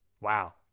wow